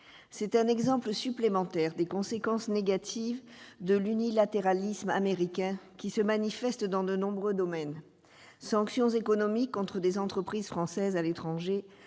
d'un exemple supplémentaire des conséquences négatives de l'unilatéralisme américain, qui se manifeste dans de nombreux domaines : sanctions économiques contre des entreprises françaises à l'étranger,